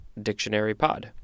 dictionarypod